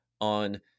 on